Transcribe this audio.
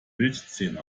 milchzähne